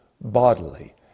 bodily